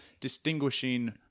distinguishing